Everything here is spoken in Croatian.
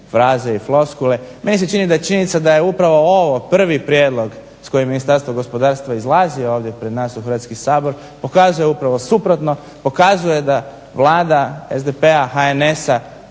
fraze i floskule. Meni se čini da je činjenica da je upravo ovo prvi prijedlog s kojim Ministarstvo gospodarstva izlazi ovdje pred nas u Hrvatski sabor, pokazuje upravo suprotno, pokazuje da vlada SDP-a, HNS-a,